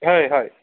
হয় হয়